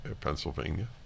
Pennsylvania